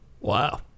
Wow